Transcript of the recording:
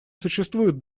существует